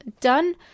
done